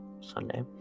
sunday